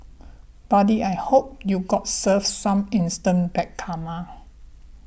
buddy I hope you got served some instant bad karma